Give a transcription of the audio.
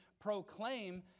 proclaim